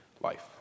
life